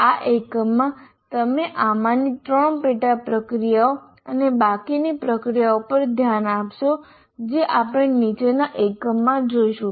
આ એકમમાં તમે આમાંની ત્રણ પેટા પ્રક્રિયાઓ અને બાકીની પ્રક્રિયાઓ પર ધ્યાન આપશો જે આપણે નીચેના એકમમાં જોઈશું